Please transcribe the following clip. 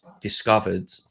discovered